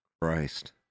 Christ